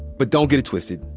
but don't get it twisted.